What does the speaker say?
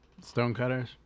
Stonecutters